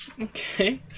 Okay